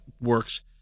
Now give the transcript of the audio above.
works